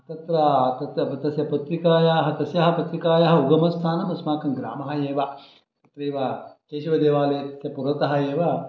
तत्र तत्र तत्रस्य पत्रिकायाः तस्याः पत्रिकायाः उगमस्थानम् अस्माकङ्ग्रामः एव तदेव केशवदेवालयास्य पुरतः एव